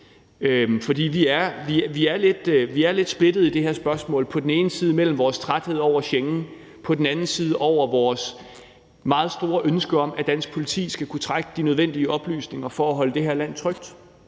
For vi er lidt splittede i det her spørgsmål mellem på den ene side vores træthed over Schengen og på den anden side vores meget store ønske om, at dansk politi skal kunne trække de nødvendige oplysninger for at holde det her land trygt,